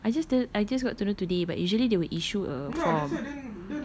ya I just tell I just got to know today but usually they will issue a form